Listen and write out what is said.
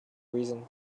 reason